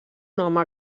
home